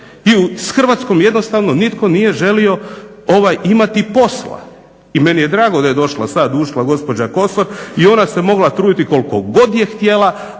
i s Hrvatskom jednostavno nitko nije želio imati posla. I meni je drago da je došla sad ušla gospođa Kosor i ona se mogla truditi koliko god je htjela,